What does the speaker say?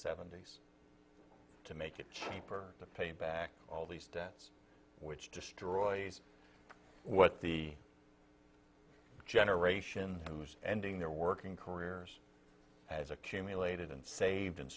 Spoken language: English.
seventy's to make it cheaper to pay back all these debts which destroys what the generation who's ending their working careers has accumulated and saved